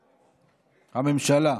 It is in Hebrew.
הממשלה.